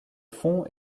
fond